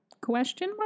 Question